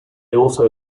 also